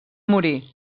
morir